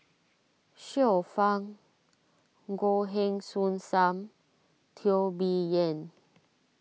Xiu Fang Goh Heng Soon Sam Teo Bee Yen